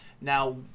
Now